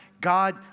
God